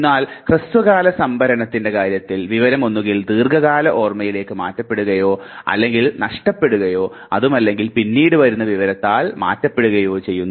എന്നാൽ ഹ്രസ്വകാല സംഭരണത്തിൻറെ കാര്യത്തിൽ വിവരം ഒന്നുകിൽ ദീർഘകാല ഓർമ്മയിലേക്ക് മാറ്റപ്പെടുകയോ അല്ലെങ്കിൽ നഷ്ടപ്പെടുകയോ അതുമല്ലെങ്കിൽ പിന്നീട് വരുന്ന വിവരത്താൽ മാറ്റപ്പെടുകയോ ചെയ്യുന്നു